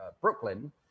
Brooklyn